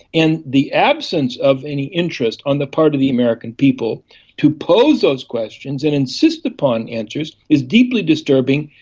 and the absence of any interest on the part of the american people to pose those questions and insist upon answers is deeply disturbing,